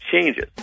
changes